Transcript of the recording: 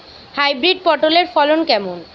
Hybrid পটলের ফলন কেমন?